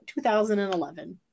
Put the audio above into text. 2011